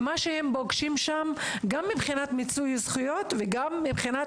ומה שהם פוגשים שם גם מבחינת מיצוי זכויות וגם מבחינת